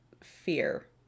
fear